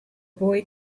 boy